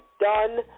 done